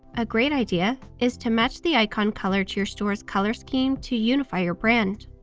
a great idea, is to match the icon color to your store's color scheme to unify your brand.